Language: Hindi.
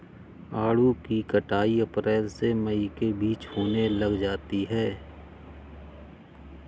आड़ू की कटाई अप्रैल से मई के बीच होने लग जाती है